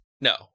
No